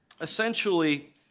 essentially